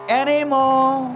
anymore